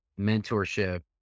mentorship